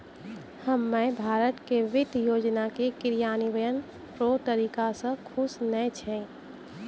हम्मे भारत के वित्त योजना के क्रियान्वयन रो तरीका से खुश नै छी